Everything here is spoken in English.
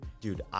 dude